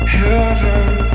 Heaven